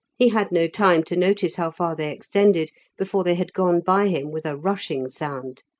he had no time to notice how far they extended before they had gone by him with a rushing sound.